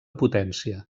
potència